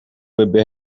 bebê